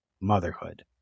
motherhood